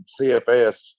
CFS